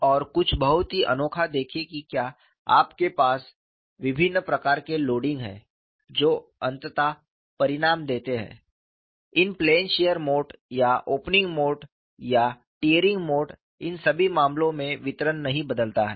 और कुछ बहुत ही अनोखा देखें कि क्या आपके पास विभिन्न प्रकार के लोडिंग हैं जो अंततः परिणाम देते हैं इन प्लेन शीयर मोड या ओपनिंग मोड या टियरिंग मोड इन सभी मामलों में वितरण नहीं बदलता है